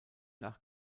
nach